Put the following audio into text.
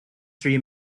three